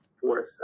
fourth